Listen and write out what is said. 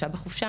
בבית חולים.